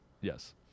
Yes